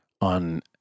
on